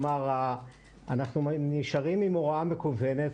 אנחנו נשארים עם הוראה מקוונת,